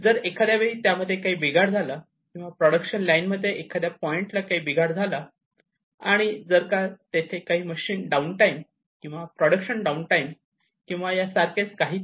जर एखाद्या वेळी त्यामध्ये काही बिघाड झाला किंवा प्रोडक्शन लाईन मध्ये एखाद्या पॉइंटला काही बिघाड झाला आणि जर का तेथे काही मशीन डाऊन टाईम किंवा प्रोडक्शन डाऊन टाईम किंवा या सारखेच काहीतरी